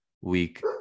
Week